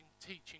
teaching